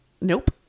nope